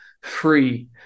free